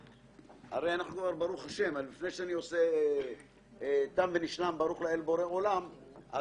האם חומר מילוי לסיגריה אלקטרונית שלא מכיל ניקוטין גם